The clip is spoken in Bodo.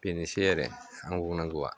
बेनोसै आरो आं बुंनांगौआ